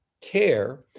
care